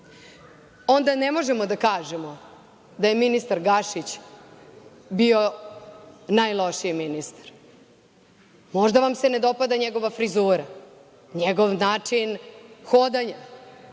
Onda ne možemo da kažemo da je ministar Gašić bio najlošiji ministar. Možda vam se ne dopada njegova frizura, njegov način hodanja,